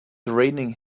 raining